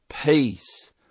peace